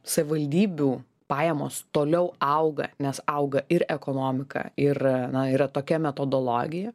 savivaldybių pajamos toliau auga nes auga ir ekonomika ir na yra tokia metodologija